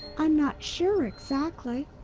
i'm not sure, exactly.